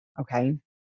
okay